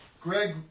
Greg